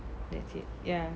that's it ya